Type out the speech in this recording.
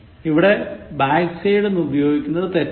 ഇവിടെ back side എന്നുപയോഗിക്കുന്നത് തെറ്റാണ്